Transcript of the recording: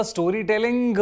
Storytelling